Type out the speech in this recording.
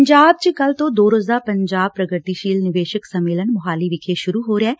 ਪੰਜਾਬ ਚ ਕੱਲੁ ਤੋ ਦੋ ਰੋਜ਼ਾ ਪੰਜਾਬ ਪ੍ਰਗਤੀਸ਼ੀਲ ਨਿਵੇਸ਼ਕ ਸੰਮੇਲਨ ਮੋਹਾਲੀ ਵਿਖੇ ਸੁਰੂ ਹੋ ਰਿਹੈ